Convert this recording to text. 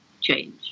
change